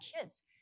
kids